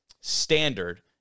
standard